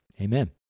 Amen